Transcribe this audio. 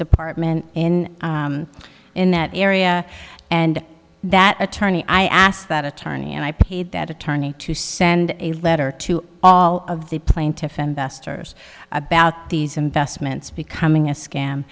department in in that area and that attorney i asked that attorney and i paid that attorney to send a letter to all of the plaintiff's investors about these investments becoming a scam